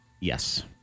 Yes